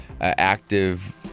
active